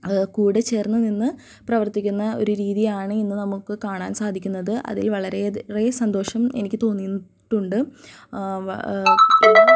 കൂടെ ചേർന്ന് നിന്ന് പ്രവർത്തിക്കുന്ന ഒരു രീതിയാണ് ഇന്ന് നമുക്ക് കാണാൻ സാധിക്കുന്നത് അതിൽ വളരെയധ റെ സന്തോഷം എനിക്ക് തോന്നിയിട്ടുണ്ട്